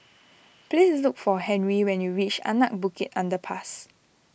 please look for Henri when you reach Anak Bukit Underpass